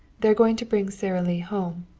they're going to bring sara lee home.